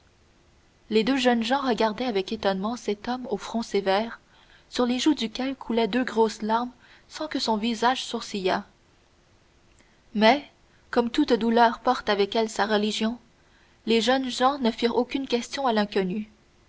les deux jeunes gens regardaient avec étonnement cet homme au front sévère sur les joues duquel coulaient deux grosses larmes sans que son visage sourcillât mais comme toute douleur porte avec elle sa religion les jeunes gens ne firent aucune question à l'inconnu